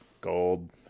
Gold